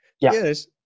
Yes